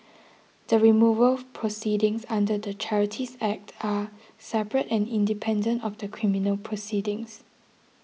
the removal proceedings under the Charities Act are separate and independent of the criminal proceedings